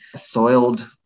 soiled